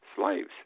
slaves